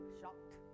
shocked